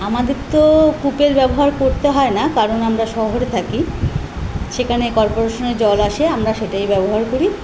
আমাদের তো কূপের ব্যবহার করতে হয় না কারণ আমরা শহরে থাকি সেখানে কর্পোরেশনের জল আসে আমরা সেটাই ব্যবহার করি